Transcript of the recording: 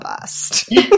bust